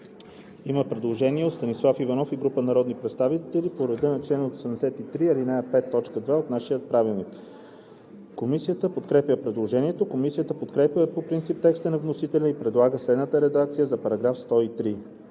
има предложение на Станислав Иванов и група народни представители по реда на чл. 83, ал. 5, т. 2 нашия Правилник. Комисията подкрепя предложението. Комисията подкрепя по принцип текста на вносителя и предлага следната редакция за § 129: